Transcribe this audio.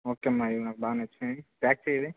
okay అమ్మ ఇది నాకు బాగా నచ్చాయి ప్యాక్ చెయి ఇది